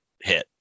hit